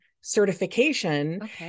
certification